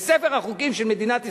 בספר החוקים של מדינת ישראל,